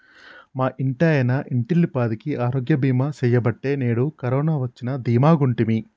మా ఇంటాయన ఇంటిల్లపాదికి ఆరోగ్య బీమా సెయ్యబట్టే నేడు కరోన వచ్చినా దీమాగుంటిమి